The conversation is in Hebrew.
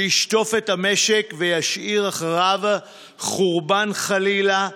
שישטוף את המשק וישאיר אחריו חורבן, חלילה,